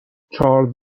چارلز